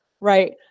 right